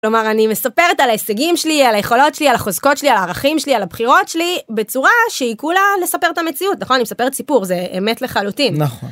כלומר אני מספרת על ההישגים שלי על היכולות שלי על החוזקות שלי על הערכים שלי על הבחירות שלי בצורה שהיא כולה לספר את המציאות נכון אני מספר סיפור זה אמת לחלוטין.